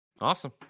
Awesome